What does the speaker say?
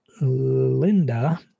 Linda